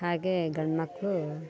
ಹಾಗೇ ಗಂಡು ಮಕ್ಳು